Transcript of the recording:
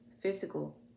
physical